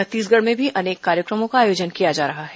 छत्तीसगढ़ में भी अनेक कार्यक्रमों का आयोजन किया जा रहा है